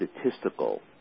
statistical